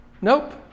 Nope